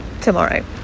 tomorrow